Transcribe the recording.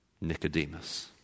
Nicodemus